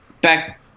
Back